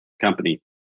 company